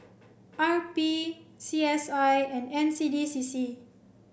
R P C S I and N C D C C